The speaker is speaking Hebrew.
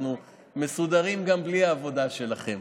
אנחנו מסודרים גם בלי העבודה שלכם.